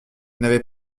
n’avait